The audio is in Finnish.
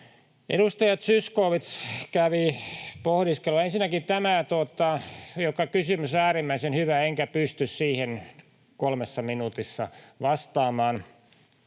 Edustaja Zyskowicz kävi pohdiskelua. Ensinnäkin tämä kysymys on äärimmäisen hyvä, enkä pysty siihen kolmessa minuutissa vastaamaan.